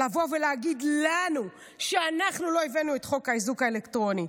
לבוא ולהגיד לנו שאנחנו לא הבאנו את חוק האיזוק האלקטרוני.